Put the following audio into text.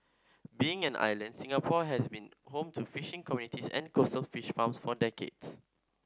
being an island Singapore has been home to fishing communities and coastal fish farms for decades